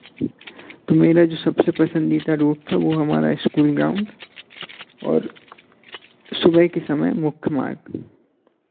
तो मेरा जो सबसे पसंदीदा रूट था वो हमारा स्कूल ग्राउंड और सुबह के समय मुख्य मार्ग